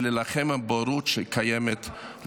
ולהילחם על בורות שקיימת עכשיו,